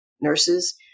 nurses